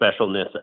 specialness